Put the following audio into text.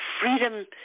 freedom